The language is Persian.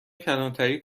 کلانتری